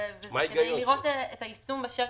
רצו לראות את היישום בשטח.